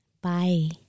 Bye